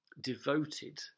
devoted